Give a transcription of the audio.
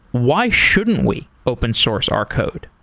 why shouldn't we open source our code?